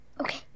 Okay